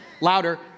Louder